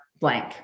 blank